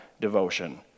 devotion